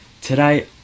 Today